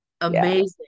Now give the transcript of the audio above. Amazing